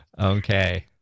Okay